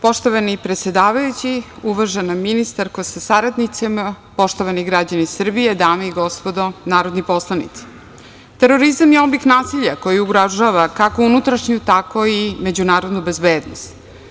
Poštovani predsedavajući, uvažena ministarko sa saradnicima, poštovani građani Srbije, dame i gospodo narodni poslanici, terorizam je oblik nasilja koji ugrožava kako unutrašnju, tako i međunarodnu bezbednost.